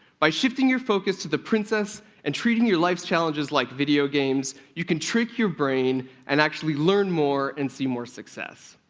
by shifting your focus to the princess and treating your life's challenges like video games, you can trick your brain and actually learn more and see more success.